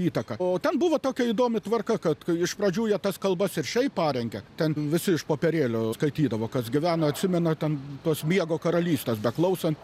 įtaką o ten buvo tokia įdomi tvarka kad iš pradžių jie tas kalbas ir šiaip parengia ten visi iš popierėlio skaitydavo kas gyveno atsimena ten tos miego karalystės beklausant